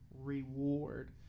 reward